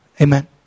Amen